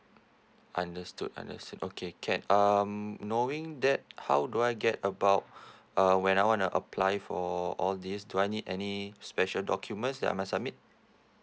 understood understood okay can um knowing that how do I get about uh when I wanna apply for all this do I need any special documents that I must submit